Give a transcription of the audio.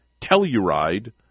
Telluride